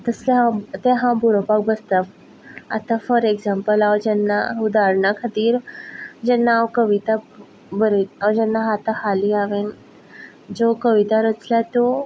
तसलें हांव तें हांव बरोवपाक बसता आतां फोर एकजांमल हांव जेन्ना उदारणा खातीर जेन्ना हांव कविता बरय हांव जेन्ना आतां हाली हांवें ज्यो कविता रचल्या त्यो